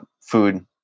food